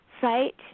site